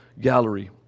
Gallery